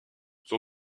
son